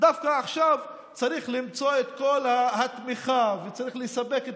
דווקא עכשיו צריך למצוא את כל התמיכה וצריך לספק את